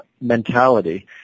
mentality